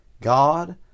God